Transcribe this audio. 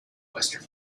western